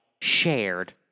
shared